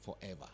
forever